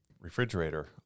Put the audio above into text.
refrigerator